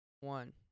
One